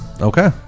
Okay